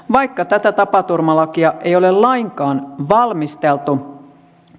vaikka tätä tapaturmalakia ei ole lainkaan valmisteltu